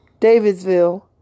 Davidsville